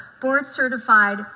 board-certified